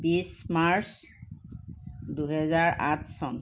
বিশ মাৰ্চ দুহেজাৰ আঠ চন